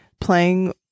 playing